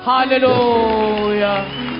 Hallelujah